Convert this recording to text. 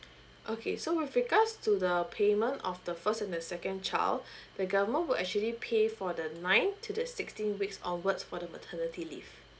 okay so with regards to the payment of the first and the second child the government will actually pay for the nine to the sixteen weeks onwards for the maternity leave